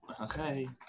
Okay